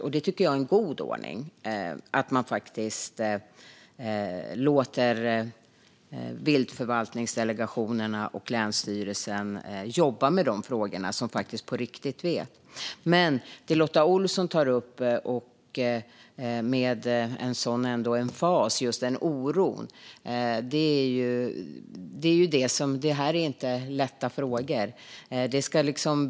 Jag tycker att det är en god ordning att låta viltförvaltningsdelegationerna och länsstyrelsen jobba med de frågorna, som faktiskt vet på riktigt. Lotta Olsson tar med stor emfas upp den oro som finns. Detta är inte lätta frågor.